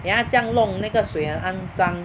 then 他这样弄那个水很肮脏